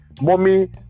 mommy